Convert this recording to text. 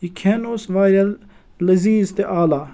یہِ کھیٚن اوٗس واریاہ لٔزیٖز تہِ اعلیٰ